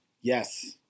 Yes